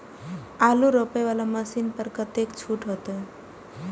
आलू रोपे वाला मशीन पर कतेक छूट होते?